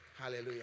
Hallelujah